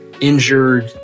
injured